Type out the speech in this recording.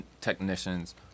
technicians